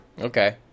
Okay